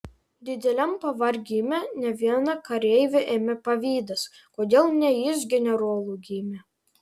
dideliam pavargime ne vieną kareivį ėmė pavydas kodėl ne jis generolu gimė